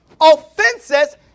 offenses